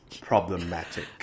problematic